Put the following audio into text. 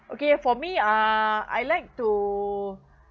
okay for me uh I like to